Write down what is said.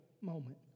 moment